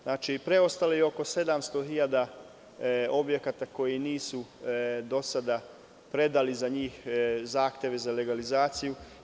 Znači, preostalo je oko 700 hiljada objekata koji nisu do sada predali zahteve za legalizaciju.